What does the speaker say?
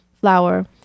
flour